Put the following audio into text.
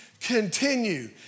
continue